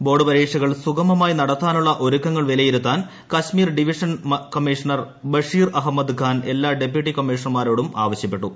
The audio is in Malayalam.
ബോർഡ് പരീക്ഷകൾ സുഗമമായി നടത്താനുള്ള ഒരുക്കങ്ങൾ വിലയിരുത്താൻ കശ്മീർ ഡിവിഷണൽ കമ്മിഷണർ ബഷീർ അഹമ്മദ് ഖാൻ എല്ലാ ഡെപ്യൂട്ടി കമ്മീഷണർമാരോടും ആവശ്യപ്പെട്ടു